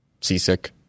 seasick